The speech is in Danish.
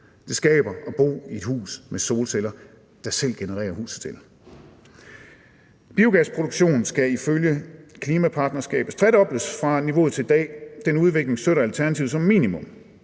det skaber at bo i et hus med solceller, der selv genererer husets el. Biogasproduktion skal ifølge klimapartnerskabet tredobles fra niveauet i dag. Den udvikling støtter Alternativet som minimum.